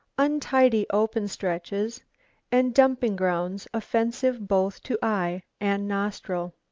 untidy open stretches and dumping grounds offensive both to eye and nostril.